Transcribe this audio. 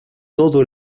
todo